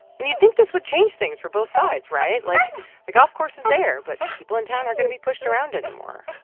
and you'd think this would change things for both sides, right? like the golf course is there, but people in town aren't going to be pushed around anymore.